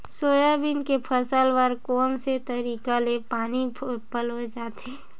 Soybean के फसल बर कोन से तरीका ले पानी पलोय जाथे?